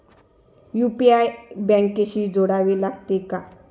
UPI बँकेशी जोडावे लागते का?